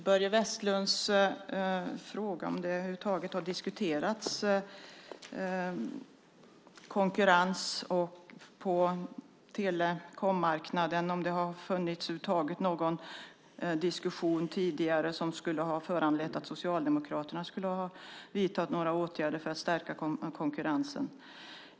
Herr talman! Jag skulle vilja kommentera Börje Vestlunds fråga om konkurrens på telekommarknaden. Har det funnits någon tidigare diskussion som skulle ha föranlett att Socialdemokraterna skulle ha vidtagit åtgärder för att stärka konkurrensen?